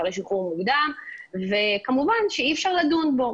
לשחרור מוקדם וכמובן שאי אפשר לדון בו.